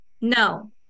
No